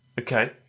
Okay